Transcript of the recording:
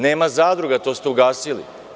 Nema zadruga, to ste ugasili.